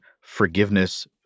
forgiveness